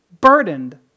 burdened